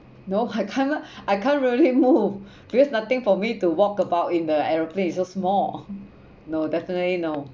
no I cannot I can't really move because nothing for me to walk about in the aeroplane so small no definitely no